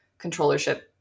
controllership